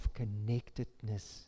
connectedness